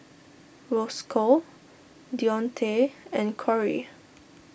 Roscoe Deonte and Corey